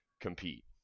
compete